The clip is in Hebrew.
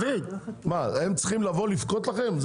הם צריכים לבוא לבכות לכם?